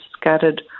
scattered